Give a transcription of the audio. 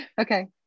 Okay